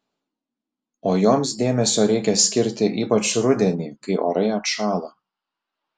o joms dėmesio reikia skirti ypač rudenį kai orai atšąla